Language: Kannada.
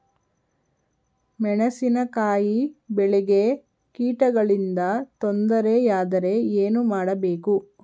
ಮೆಣಸಿನಕಾಯಿ ಬೆಳೆಗೆ ಕೀಟಗಳಿಂದ ತೊಂದರೆ ಯಾದರೆ ಏನು ಮಾಡಬೇಕು?